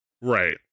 Right